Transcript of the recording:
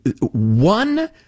one